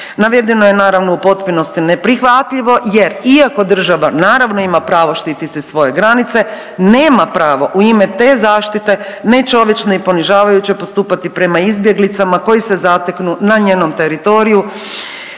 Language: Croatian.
Navedeno je naravno u potpunosti neprihvatljivo jer iako država naravno ima pravo štititi svoje granice, nema pravo u ime te zaštite nečovječno i ponižavajuće postupati prema izbjeglicama koji se zateknu na njenom teritoriju